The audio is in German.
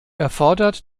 erfordert